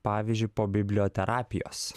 pavyzdžiui po biblioterapijos